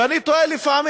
ואני תוהה לפעמים,